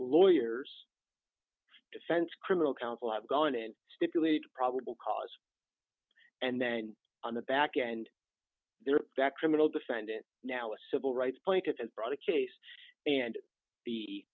lawyers defense criminal counsel have gone and stipulated probable cause and then on the back end their criminal defendant now a civil rights plaintiff has brought a case and the